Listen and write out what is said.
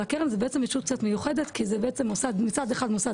אבל הקרן היא בעצם ישות קצת מיוחדת כי מצד אחד מוסד